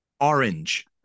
orange